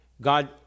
God